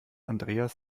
andreas